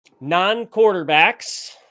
non-quarterbacks